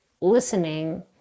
listening